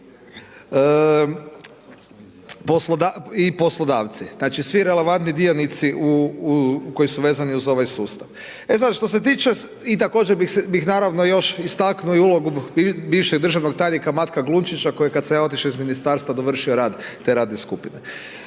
i poslodavci. Znači svi relevantni dionici koji su vezani uz ovaj sustav. E sada što se tiče i također bih naravno još istaknuo i ulogu bivšeg državnog tajnika Matka Glumčića koji kada sam ja otišao iz Ministarstva dovršio rad te radne skupine.